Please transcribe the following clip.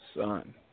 son